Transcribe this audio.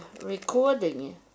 recording